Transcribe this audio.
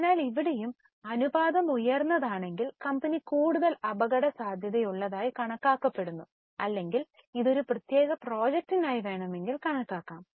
അതിനാൽ ഇവിടെയും അനുപാതം ഉയർന്നതാണെങ്കിൽ കമ്പനി കൂടുതൽ അപകടസാധ്യതയുള്ളതായി കണക്കാക്കപ്പെടുന്നു അല്ലെങ്കിൽ ഇത് ഒരു പ്രത്യേക പ്രോജക്റ്റിനായി കണക്കാക്കാം